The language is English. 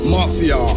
Mafia